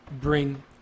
bring